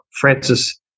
Francis